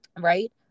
right